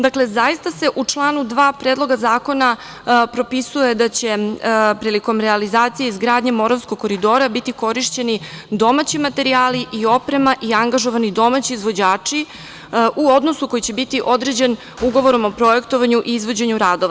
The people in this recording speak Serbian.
Dakle, zaista se u članu 2. Predloga zakona propisuje da će prilikom realizacije izgradnje Moravskog koridora biti korišćeni domaći materijali i oprema i angažovani domaći izvođači u odnosu koji će biti određen ugovorom o projektovanju i izvođenju radova.